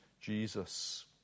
Jesus